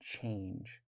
change